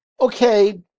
okay